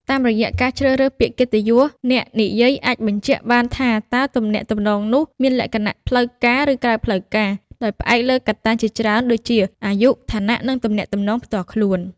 តាមរយៈការជ្រើសរើសពាក្យកិត្តិយស អ្នកនិយាយអាចបញ្ជាក់បានថាតើទំនាក់ទំនងនោះមានលក្ខណៈផ្លូវការ ឬក្រៅផ្លូវការ ដោយផ្អែកលើកត្តាជាច្រើនដូចជា អាយុ ឋានៈ និងទំនាក់ទំនងផ្ទាល់ខ្លួន។